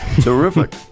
Terrific